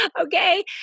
okay